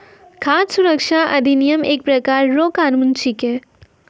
खाद सुरक्षा अधिनियम एक प्रकार रो कानून छिकै